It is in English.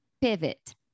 pivot